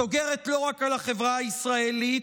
סוגרת לא רק על החברה הישראלית,